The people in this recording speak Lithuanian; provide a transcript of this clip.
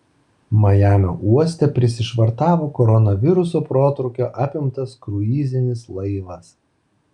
majamio uoste prisišvartavo koronaviruso protrūkio apimtas kruizinis laivas